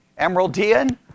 Emeraldian